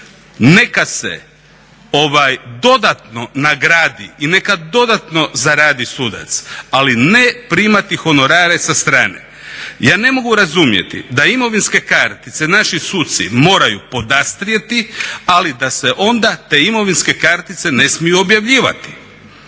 Neka se dodatno nagradi i neka dodatno zaradi sudac, ali ne primati honorare sa strane. Ja ne mogu razumjeti da imovinske kartice naši suci moraju podastrijeti, ali da se onda te imovinske kartice ne smiju objavljivati.